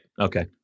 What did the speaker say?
Okay